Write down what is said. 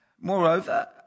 Moreover